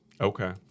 Okay